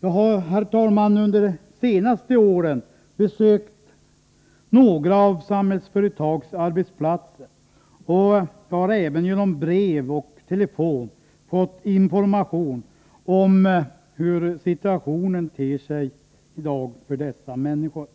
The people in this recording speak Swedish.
Jag har, herr talman, under de senaste åren besökt några av Samhällsföretags arbetsplatser, och jag har även genom brev och telefonsamtal fått information om hur situationen i dag ter sig för dessa människor.